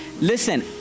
Listen